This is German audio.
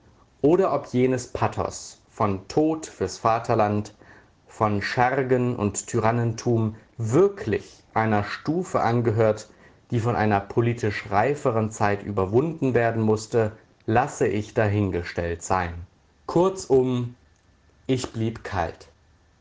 oder ob jenes pathos von tod fürs vaterland von schergen und tyrannentum wirklich einer stufe angehört die von einer politisch reiferen zeit überwunden werden mußte lasse ich dahingestellt sein kurzum ich blieb kalt